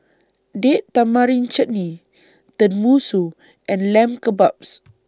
Date Tamarind Chutney Tenmusu and Lamb Kebabs